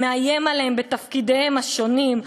מאיים עליהם בתפקידים השונים,